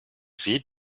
sie